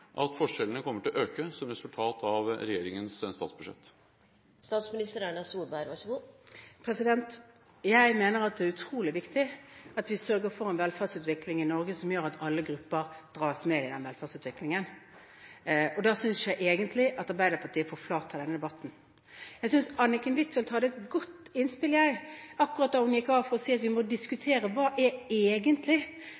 at forskjellene kommer til å øke som resultat av regjeringens statsbudsjett? Jeg mener det er utrolig viktig at vi sørger for en velferdsutvikling i Norge som gjør at alle grupper dras med. Og da synes jeg egentlig at Arbeiderpartiet forflater denne debatten. Jeg synes Anniken Huitfeldt hadde et godt innspill akkurat da hun gikk av, da hun sa at vi må